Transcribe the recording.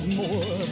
more